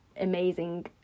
amazing